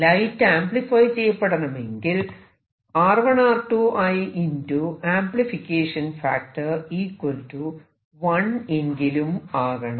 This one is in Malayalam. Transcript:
ലൈറ്റ് ആംപ്ലിഫൈ ചെയ്യപ്പെടണമെങ്കിൽ ✕ ആംപ്ലിഫിക്കേഷൻ ഫാക്ടർ 1 എങ്കിലും ആകണം